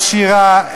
עשירה,